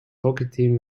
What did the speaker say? hockeyteam